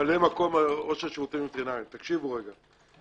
ממלא מקום ראש השירותים הווטרינריים, תקשיבו רגע